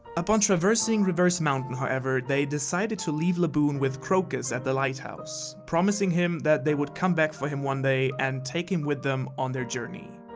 upon traversing reverse mountain however, they decided to leave laboon with crocus at the lighthouse, promising him that they would come back for him one day and take him with them on their journey.